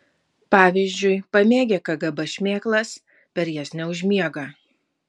pavyzdžiui pamėgę kgb šmėklas per jas neužmiega